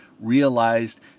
realized